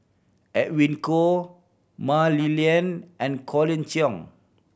Edwin Koo Mah Li Lian and Colin Cheong